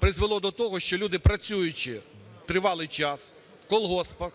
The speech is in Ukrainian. призвело до того, що люди, працюючи тривалий час в колгоспах,